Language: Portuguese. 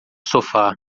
sofá